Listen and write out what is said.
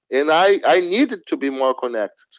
and i needed to be more connected.